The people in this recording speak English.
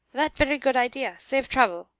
that very good idea save trouble,